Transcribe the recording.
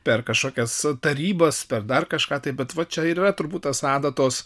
per kažkokias tarybas per dar kažką tai bet va čia ir yra turbūt tas adatos